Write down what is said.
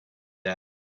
that